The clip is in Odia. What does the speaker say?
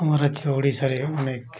ମୋର ଅଛି ଓଡ଼ିଶାରେ ଅନେକ